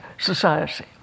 society